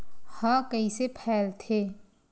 ह कइसे फैलथे?